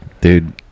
Dude